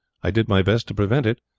i did my best to prevent it,